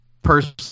person